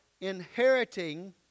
inheriting